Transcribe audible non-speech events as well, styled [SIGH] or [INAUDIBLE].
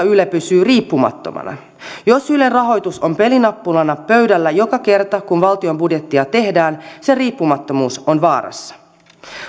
[UNINTELLIGIBLE] yle pysyy riippumattomana jos ylen rahoitus on pelinappulana pöydällä joka kerta kun valtion budjettia tehdään sen riippumattomuus on vaarassa